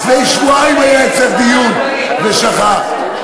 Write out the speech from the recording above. תשאל את, לפני שבועיים היה אצלך דיון, ושכחת.